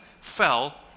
fell